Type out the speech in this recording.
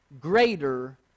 greater